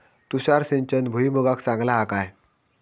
तुषार सिंचन भुईमुगाक चांगला हा काय?